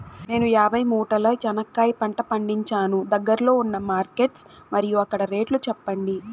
నేను యాభై మూటల చెనక్కాయ పంట పండించాను దగ్గర్లో ఉన్న మార్కెట్స్ మరియు అక్కడ రేట్లు చెప్పండి?